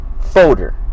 folder